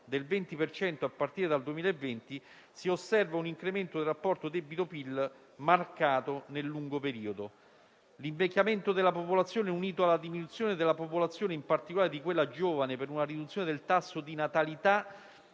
cento a partire dal 2020, si osserva un incremento del rapporto debito-PIL marcato nel lungo periodo. L'invecchiamento della popolazione, unito alla diminuzione della popolazione, in particolare di quella giovane, per una riduzione del tasso di natalità,